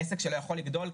העסק שלו יכול לגדול.